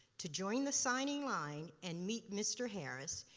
to join the signing line and meet mr. harris,